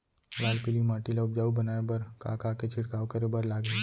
लाल पीली माटी ला उपजाऊ बनाए बर का का के छिड़काव करे बर लागही?